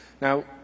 Now